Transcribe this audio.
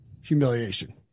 humiliation